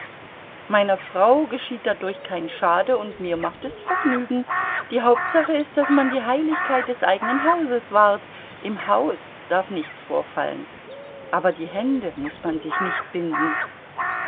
meiner frau geschieht dadurch kein schade und mir macht es vergnügen die hauptsache ist daß man die heiligkeit des eigenen hauses wahrt im hause darf nichts vorfallen aber die hände muß man sich nicht binden